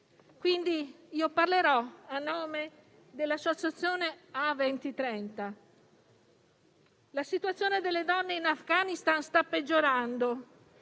Quindi io parlerò a nome dell'associazione A2030. La situazione delle donne in Afghanistan sta peggiorando,